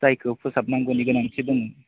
जायखौ फोसाबनांगौनि गोनांथि दं